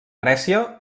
grècia